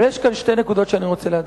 אבל יש כאן שתי נקודות שאני רוצה להדגיש.